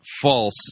false